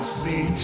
see